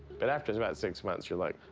but after about six months you're like,